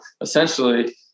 essentially